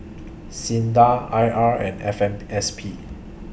SINDA I R and F M S P